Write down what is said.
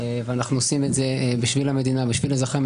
ואנחנו עושים את זה בשביל המדינה ואזרחיה.